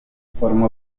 formó